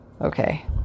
Okay